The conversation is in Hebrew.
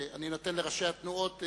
אני נותן לראשי התנועות.